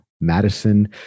Madison